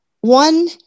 One